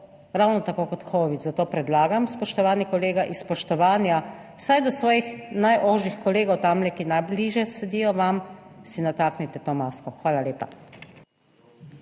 ravno tako kot covid. Zato predlagam, spoštovani kolega, iz spoštovanja vsaj do svojih najožjih kolegov tamle, ki najbližje sedijo vam, da si nataknite to masko. Hvala lepa.